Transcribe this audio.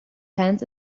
hands